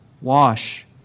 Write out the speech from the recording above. wash